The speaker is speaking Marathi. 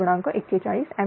41 एंपियर